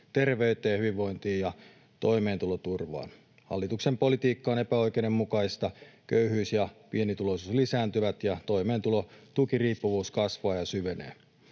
terveyteen, hyvinvointiin ja toimeentuloturvaan. Hallituksen politiikka on epäoikeudenmukaista. Köyhyys ja pienituloisuus lisääntyvät, ja toimeentulotukiriippuvuus kasvaa ja syvenee.